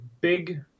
big